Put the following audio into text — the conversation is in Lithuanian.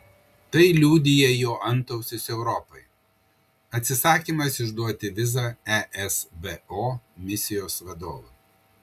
tai liudija jo antausis europai atsisakymas išduoti vizą esbo misijos vadovui